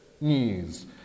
news